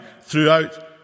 throughout